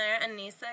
Anissa